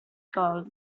called